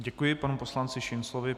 Děkuji panu poslanci Šinclovi.